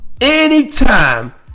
Anytime